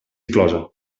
inclosa